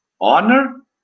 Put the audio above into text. honor